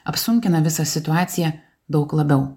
apsunkina visą situaciją daug labiau